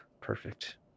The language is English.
perfect